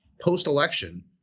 post-election